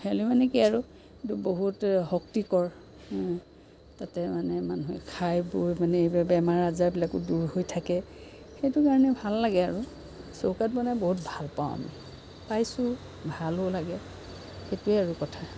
healthy মানে কি আৰু সেইটো বহুত শক্তিকৰ তাতে মানে মানুহে খাই বৈ মানে এইবিলাক বেমাৰ আজাৰবিলাক দূৰ হৈ থাকে সেইটো কাৰণে ভাল লাগে আৰু চৌকাত বনাই বহুত ভাল পাওঁ আমি পাইছোঁ ভালো লাগে সেইটোৱে আৰু কথা